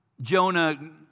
Jonah